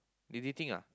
they dating ah